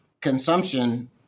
consumption